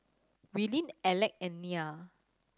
Willene Alec and Nia